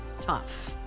Tough